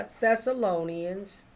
Thessalonians